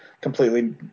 completely